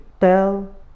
tell